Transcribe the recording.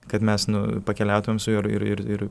kad mes nu pakeliautumėm su juo ir ir ir